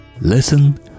Listen